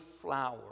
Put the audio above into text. flower